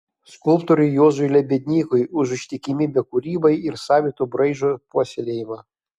skulptoriui juozui lebednykui už ištikimybę kūrybai ir savito braižo puoselėjimą